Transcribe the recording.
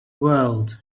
world